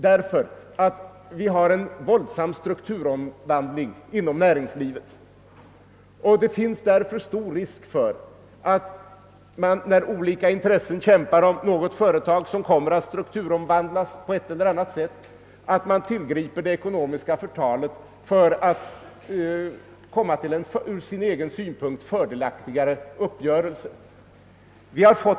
Vi har ju en våldsam strukturomvandling inom näringslivet. Det finns därför stor risk för att någon, när olika intressen kämpar om ett företag som skall strukturomvandlas, tillgriper det ekonomiska förtalet för att komma till en från sin egen synpunkt fördelaktigare uppgörelse.